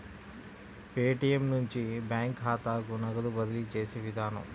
Paytm నుంచి bank ఖాతాకు నగదు బదిలీ చేసే విధానం